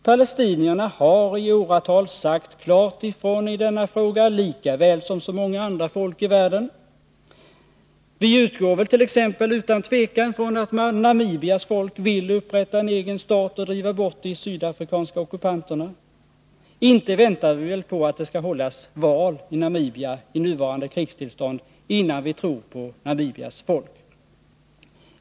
Palestinierna har i åratal klart sagt ifrån i denna fråga, lika väl som så många andra folk i världen. Vi utgår t.ex. utan tvekan från att Namibias folk vill upprätta en egen stat och driva bort de sydafrikanska ockupanterna. Inte väntar vi väl på att det skall hållas val i Namibia i nuvarande krigstillstånd innan vi tror på Namibias folk?